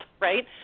right